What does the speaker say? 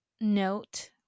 note